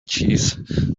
cheese